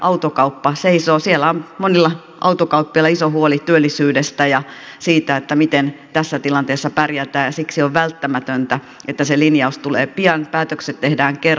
autokauppa seisoo siellä on monilla autokauppiailla iso huoli työllisyydestä ja siitä miten tässä tilanteessa pärjätään ja siksi on välttämätöntä että se linjaus tulee pian ja päätökset tehdään kerralla